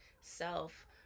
self